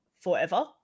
forever